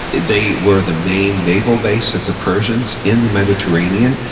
they were the main naval base of the persians in the mediterranean.